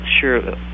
sure